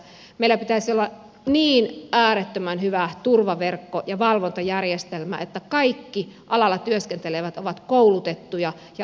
meillä pitäisi olla niin äärettömän hyvä turvaverkko ja valvontajärjestelmä että kaikki alalla työskentelevät ovat koulutettuja ja osaavat hommansa